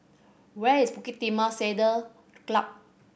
where is Bukit Timah Saddle Club